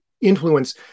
influence